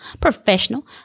professional